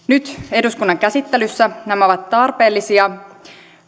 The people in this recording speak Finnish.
nyt eduskunnan käsittelyssä nämä ovat tarpeellisia